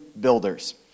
Builders